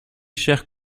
chers